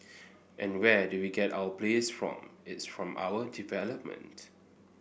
and where do we get our players from it's from our development